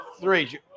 three